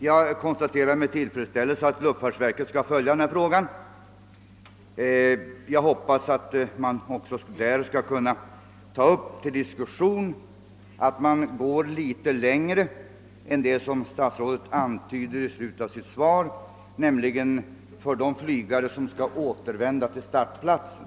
Jag konstaterar med tillfredsställelse vad som står i svaret, att man kommer att följa denna fråga i luftfartsverket, och då hoppas jag att man där också kommer att diskutera möjligheten att gå litet längre än vad statsrådet här antydde i slutet av sitt svar, d.v.s. de flygare som avser att återvända till startplatsen.